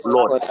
Lord